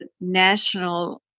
national